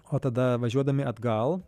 o tada važiuodami atgal